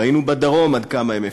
ראינו בדרום עד כמה הם אפקטיביים,